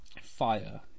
fire